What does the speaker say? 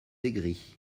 aigris